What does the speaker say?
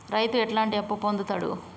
రైతు ఎట్లాంటి అప్పు పొందుతడు?